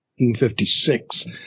1956